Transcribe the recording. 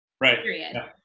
Right